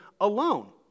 alone